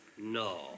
No